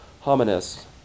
Hominis